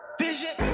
vision